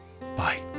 Bye